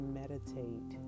meditate